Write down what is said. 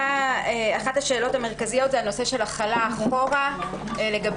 אחת השאלות המרכזיות היא הנושא של החלה אחורה לגבי